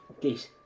Please